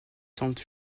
semblent